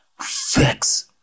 Fix